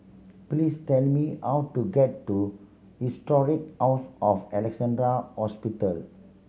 please tell me how to get to Historic House of Alexandra Hospital